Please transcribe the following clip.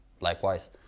likewise